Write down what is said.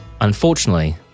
unfortunately